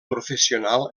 professional